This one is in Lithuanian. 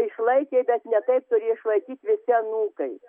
išlaikė bet ne taip turė išlaikyt visi anūkai